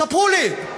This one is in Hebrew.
ספרו לי,